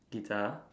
guitar